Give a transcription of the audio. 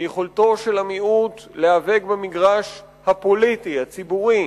יכולתו של המיעוט להיאבק במגרש הפוליטי, הציבורי,